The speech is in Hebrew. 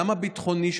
גם הביטחוני,